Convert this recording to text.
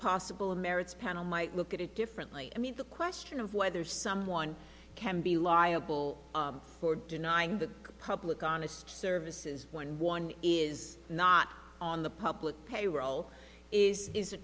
possible merits panel might look at it differently i mean the question of whether someone can be liable for denying the public honest services when one is not on the public payroll is is a